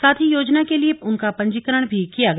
साथ ही योजना के लिए उनका पंजीकरण भी किया गया